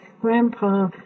grandpa